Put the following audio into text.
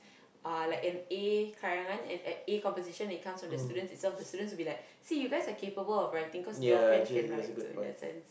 uh like an A karangan an A composition and it comes from the students itself the students will be like see you guys are capable of writing cause your friends can write so in that sense